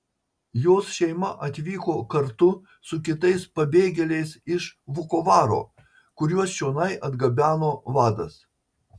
jos šeima atvyko kartu su kitais pabėgėliais iš vukovaro kuriuos čionai atgabeno vadas